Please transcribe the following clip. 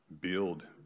build